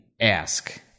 ask